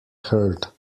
heard